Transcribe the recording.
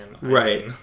Right